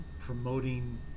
promoting